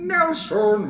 Nelson